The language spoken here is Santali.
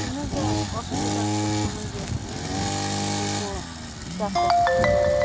ᱤᱱᱟᱹᱜᱮ ᱚᱥᱵᱤᱫᱟ ᱥᱚᱵᱥᱚᱢᱚᱭ ᱜᱮ ᱩᱱᱠᱩ ᱠᱚ